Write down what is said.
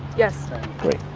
yes great.